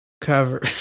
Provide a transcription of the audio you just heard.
cover